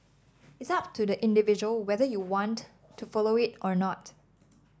it's up to the individual whether you want to follow it or not